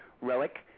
Relic